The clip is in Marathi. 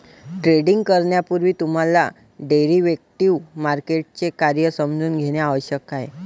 ट्रेडिंग करण्यापूर्वी तुम्हाला डेरिव्हेटिव्ह मार्केटचे कार्य समजून घेणे आवश्यक आहे